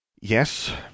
Yes